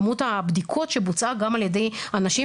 כמות הבדיקות שבוצעה גם על ידי אנשים